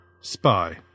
Spy